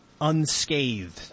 unscathed